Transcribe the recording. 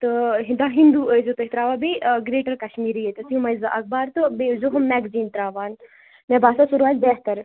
تہٕ دَ ہِندو ٲسۍزیٚو تُہۍ ترٛاوان بیٚیہِ گریٹر کشمیٖری ییٚتیٚتھ یِمے زٕ اخبار تہٕ بیٚیہِ ٲس زیٚو ہُم میٚکزیٖن ترٛاوان مےٚ باسان سُہ روزِ بہتر